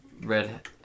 Red